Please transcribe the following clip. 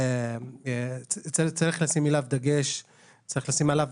צריך לשים דגש על הנושא